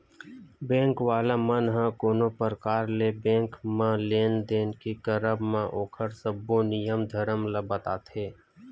bank वाला मन ह कोनो परकार ले बेंक म लेन देन के करब म ओखर सब्बो नियम धरम ल बताथे